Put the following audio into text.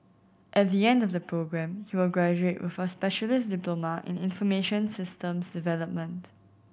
at the end of the programme he will graduate with a specialist diploma in information systems development